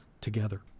together